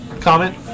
comment